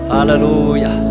Hallelujah